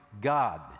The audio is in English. God